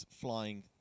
flying